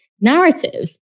narratives